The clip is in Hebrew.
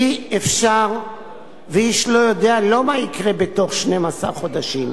אי-אפשר ואיש לא יודע לא מה יקרה בתוך 12 חודשים,